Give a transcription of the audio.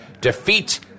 defeat